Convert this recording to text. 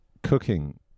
cooking